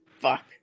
Fuck